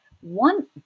One